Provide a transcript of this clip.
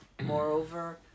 Moreover